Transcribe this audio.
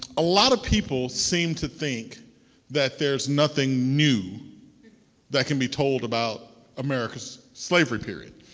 a lot of people seem to think that there's nothing new that can be told about america's slavery period.